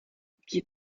geht